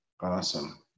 Awesome